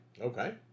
Okay